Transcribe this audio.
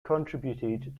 contributed